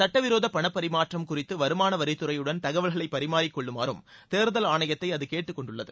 சட்டவிரோத பணப்பரிமாற்றம் வருமானவரித்துறையுடன் குறித்து தகவல்களை பரிமாறிக்கொள்ளுமாறும் தேர்தல் ஆணையத்தை அது கேட்டுக்கொண்டுள்ளது